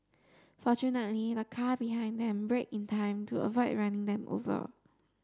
fortunately the car behind them braked in time to avoid running them over